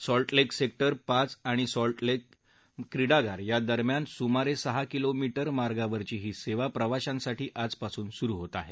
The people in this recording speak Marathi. सॉल्ट लेक सेक्टर पाच आणि सॉल्ट लेक क्रीडागार या दरम्यान सुमारे सहा किलोमीटरवर मार्गावरची ही सेवा प्रवाशांसाठी आजपासून सुरु होत आहे